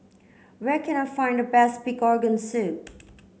where can I find the best pig organ soup